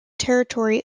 territory